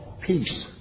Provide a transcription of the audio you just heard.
peace